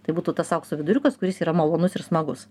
tai būtų tas aukso viduriukas kuris yra malonus ir smagus